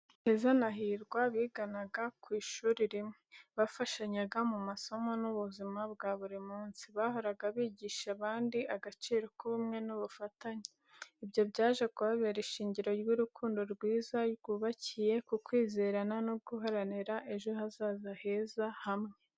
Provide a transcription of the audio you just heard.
Keza na Hirwa biganaga ku ishuri rimwe, bafashanyaga mu masomo no mu buzima bwa buri munsi. Bahoraga bigisha abandi agaciro k'ubumwe n'ubufatanye. Ibyo byaje kubabera ishingiro ry’urukundo rwiza, rwubakiye ku kwizerana no guharanira ejo hazaza heza hamwe.